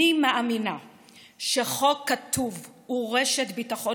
אני מאמינה שחוק כתוב הוא רשת ביטחון